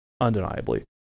undeniably